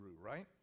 right